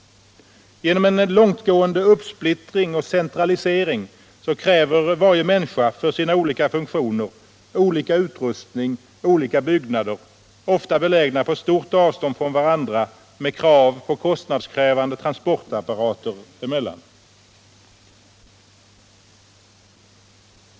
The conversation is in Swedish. Genom en långtgående uppsplittring och centralisering kräver varje människa för sina olika funktioner olika utrustning och olika byggnader, ofta belägna på stort avstånd från varandra, vilket ställer krav på kostnadskrävande transportapparater.